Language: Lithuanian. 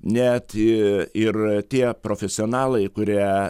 net ir tie profesionalai kurie